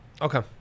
Okay